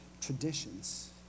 traditions